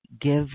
give